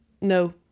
No